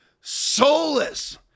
soulless